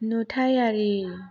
नुथायारि